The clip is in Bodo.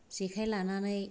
जेखाइ लानानै